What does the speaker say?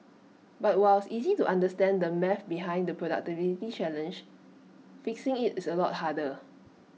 but while is easy to understand the maths behind the productivity challenge fixing IT is A lot harder